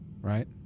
right